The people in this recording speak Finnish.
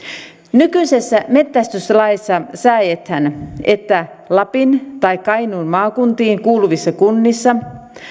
nykyisessä metsästyslaissa säädetään että lapin tai kainuun maakuntiin kuuluvissa kunnissa